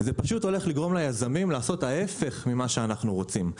זה פשוט הולך לגרום ליזמים לעשות ההיפך ממה שאנחנו רוצים.